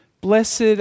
Blessed